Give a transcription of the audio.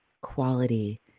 quality